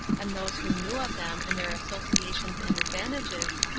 and those who knew of them and their associations and advantages,